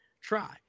try